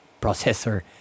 processor